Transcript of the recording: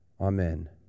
Amen